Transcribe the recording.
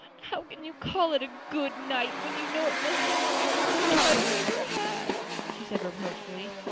how can you call it a good night when you know it must be the very worst night i've ever had? she said reproachfully.